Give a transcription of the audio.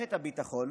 מערכת הביטחון,